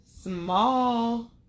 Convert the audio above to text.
small